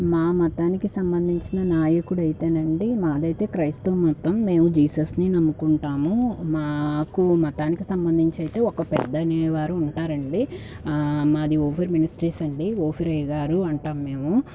మా మతానికి సంబంధించిన నాయకుడు అయితే అండి మాదైతే క్రైస్తవ మతం మేము జీసస్ని నమ్ముకుంటాము మాకు మతానికి సంబంధించి అయితే ఒక పెద్ద అనే వారు ఉంటారండి మాది ఓఫిర్ మినిస్ట్రీస్ అండి ఓఫిరే గారు అంటాం మేము